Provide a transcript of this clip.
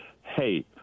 hey